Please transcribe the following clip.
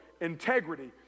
integrity